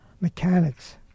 mechanics